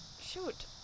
shoot